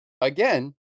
Again